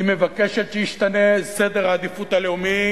היא מבקשת שישתנה סדר העדיפויות הלאומי,